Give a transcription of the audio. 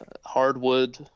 hardwood